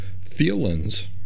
feelings